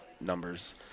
numbers